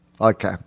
okay